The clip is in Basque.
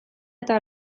eta